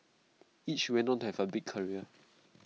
each went on to have A big career